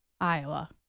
Iowa